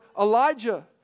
Elijah